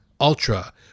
Ultra